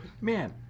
man